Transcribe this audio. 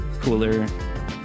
cooler